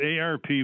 ARP